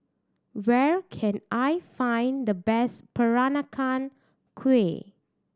where can I find the best Peranakan Kueh